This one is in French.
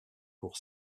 pour